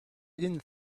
didn’t